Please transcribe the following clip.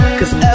Cause